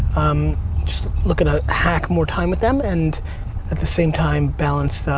um just looking to hack more time with them and at the same time, balance